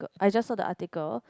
I just saw the article